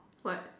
what